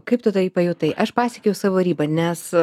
kaip tu tai pajutai aš pasiekiau savo ribą nes